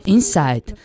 Inside